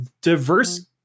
diverse